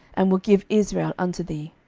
and will give israel unto thee.